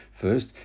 first